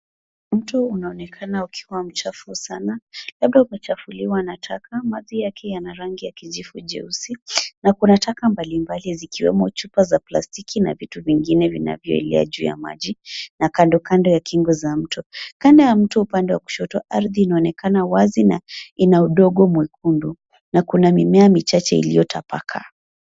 Mto unaonekana ukiwa mchafu sana labda umechafuliwa na taka. Maji yake yana rangi ya kijivu jeusi na kuna taka mbalimbali zikiwemo chupa za plastiki na vitu vingine vinavyoelea juu ya maji na kando kando ya kingo za mto. Kando ya mto upande wa kushoto ardhi inaonekana wazi na ina udogo mwekundu na kuna mimea michache iliyotapakaa.